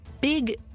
big